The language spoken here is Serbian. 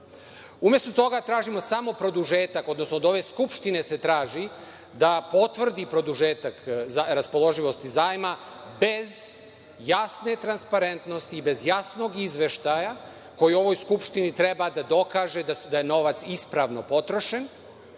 desi. Umesto toga tražimo samo produžetak, odnosno od ove Skupštine se traži da potvrdi produžetak raspoloživosti zajma, bez jasne transparentnosti, bez jasnog izveštaja koji ovoj Skupštini treba da dokaže da je novac ispravno potrošen,